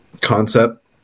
concept